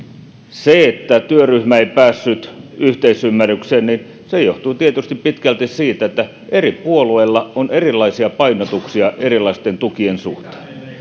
se että työryhmä ei päässyt yhteisymmärrykseen johtui tietysti pitkälti siitä että eri puolueilla on erilaisia painotuksia erilaisten tukien suhteen